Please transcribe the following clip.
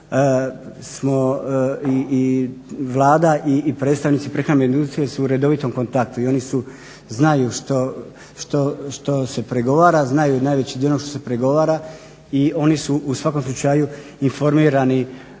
i Vlada i predstavnici prehrambenih usluga su u redovitom kontaktu. I oni znaju što se pregovara, znaju najveći dio onog što se pregovara i oni su u svakom slučaju informirani